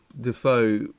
Defoe